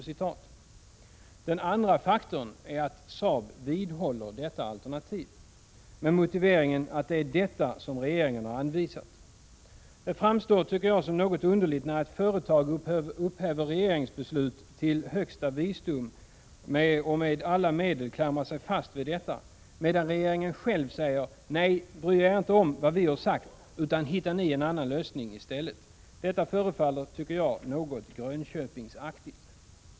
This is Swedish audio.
Den andra faktorn är att Saab vidhåller detta alternativ, med motiveringen att det är detta som regeringen har anvisat. Det framstår, tycker jag, som något underligt när ett företag upphöjer regeringsbeslut till högsta visdom och med alla medel klamrar sig fast vid det, medan regeringen själv säger: Nej, bry er inte om vad vi har sagt, utan hitta ni en annan lösning i stället. Detta förefaller något grönköpingsaktigt.